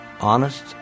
honest